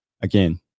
again